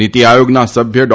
નીતી આયોગના સભ્ય ડો